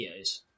videos